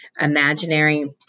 imaginary